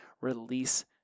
release